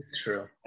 true